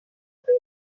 pere